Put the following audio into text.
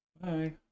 Bye